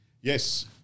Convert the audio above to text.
Yes